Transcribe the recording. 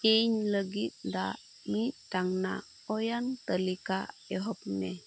ᱤᱧ ᱞᱟᱹᱜᱤᱫ ᱫᱟᱜ ᱢᱤᱫᱴᱟᱝ ᱱᱟ ᱳᱭᱳᱝ ᱛᱟᱹᱞᱤᱠᱟ ᱮᱦᱚᱵ ᱢᱮ